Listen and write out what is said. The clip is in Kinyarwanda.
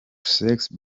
sex